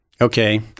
Okay